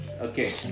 Okay